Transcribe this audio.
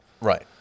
Right